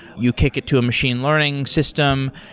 you kick it to a machine learning system.